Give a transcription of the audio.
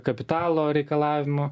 kapitalo reikalavimo